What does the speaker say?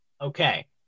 Okay